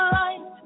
light